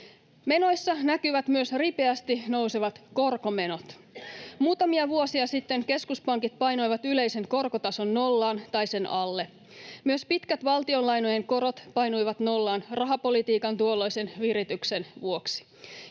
Menoissa näkyvät myös ripeästi nousevat korkomenot. Muutamia vuosia sitten keskuspankit painoivat yleisen korkotason nollaan tai sen alle. Myös pitkät valtionlainojen korot painuivat nollaan rahapolitiikan tuolloisen virityksen vuoksi.